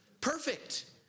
Perfect